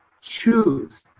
Choose